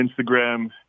instagram